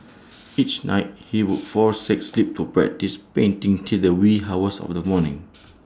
each night he would forsake sleep to practise painting till the wee hours of the morning